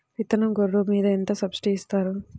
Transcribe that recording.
విత్తనం గొర్రు మీద ఎంత సబ్సిడీ ఇస్తారు?